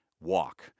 walk